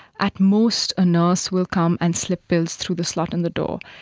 at most, a nurse will come and sleep pills through the slot in the door.